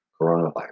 coronavirus